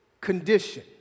condition